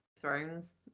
Thrones